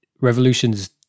revolutions